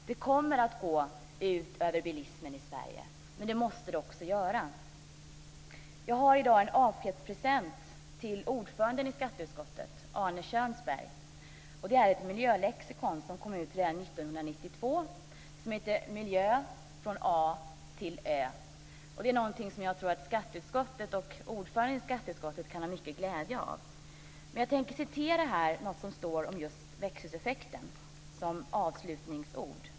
Det kommer att gå ut över bilismen i Sverige, men det måste det också göra. Jag har i dag en avskedspresent till ordföranden i skatteutskottet, Arne Kjörnsberg. Det är ett miljölexikon som kom ut redan 1992 som heter Miljö från A till Ö. Det är någonting som jag tror att skatteutskottet och ordföranden i skatteutskottet kan ha mycket glädje av. Som avslutningsord tänkte jag läsa upp vad som står här om just växthuseffekten.